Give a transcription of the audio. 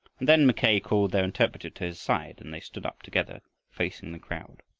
and then mackay called their interpreter to his side and they stood up together, facing the crowd.